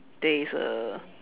there's a